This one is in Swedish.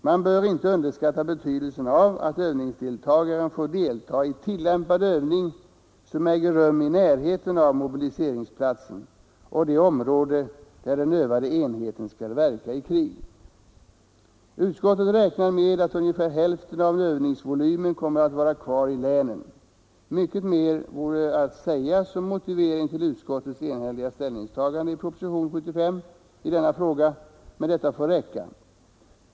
Man bör inte underskatta betydelsen av att övningsdeltagaren får delta i tillämpad övning som äger rum i närheten av mobiliseringsplatsen och det område där den övade enheten skall verka i krig. Utskottet räknar med att omkring hälften av övningsvolymen kommer att vara kvar i länen.” Mycket mer vore att säga som motivering till utskottets enhälliga ställningstagande i anledning av proposition nr 75, men detta får räcka.